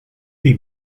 the